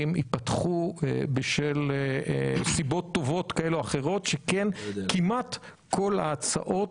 ייפתחו בשל סיבות טובות כאלה ואחרות שכל כמעט כל ההצעות,